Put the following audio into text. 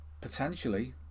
potentially